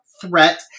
threat